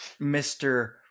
mr